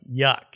yuck